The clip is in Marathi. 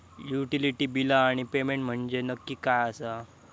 युटिलिटी बिला आणि पेमेंट म्हंजे नक्की काय आसा?